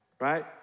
Right